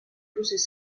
procés